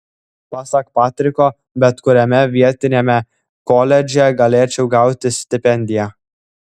pasak patriko bet kuriame vietiniame koledže galėčiau gauti stipendiją